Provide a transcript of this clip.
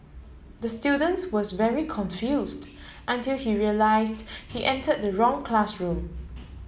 the student was very confused until he realised he enter the wrong classroom